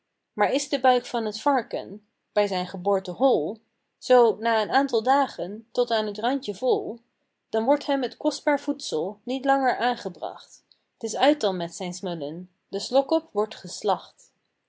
maar is de buik van t varken bij zijn geboorte hol zoo na een aantal dagen tot aan het randje vol dan wordt hem t kostbaar voedsel niet langer aangebracht t is uit dan met zijn smullen de slok op wordt geslacht